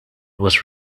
was